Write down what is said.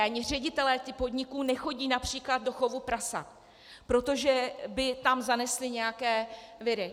Ani ředitelé těch podniků nechodí například do chovu prasat, protože by tam zanesli nějaké viry.